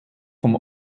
vom